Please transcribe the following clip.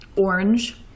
orange